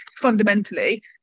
Fundamentally